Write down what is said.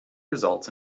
results